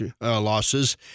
losses